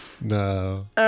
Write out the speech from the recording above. No